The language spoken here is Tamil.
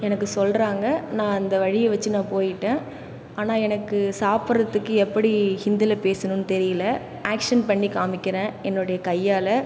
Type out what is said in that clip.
எனக்கு சொல்றாங்க நான் அந்த வழியை வச்சு நான் போயிட்டேன் ஆனால் எனக்கு சாப்பிட்றதுக்கு எப்படி ஹிந்தியில் பேசணும்னு தெரியலை ஆக்ஷன் பண்ணி காமிக்கறேன் என்னுடைய கையால்